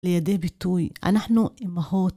לידי ביטוי אנחנו אימהות.